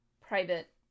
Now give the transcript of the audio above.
private